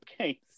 Okay